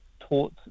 taught